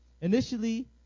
initially